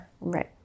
Right